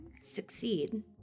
Succeed